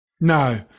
No